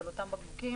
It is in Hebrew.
של אותם בקבוקים,